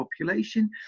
population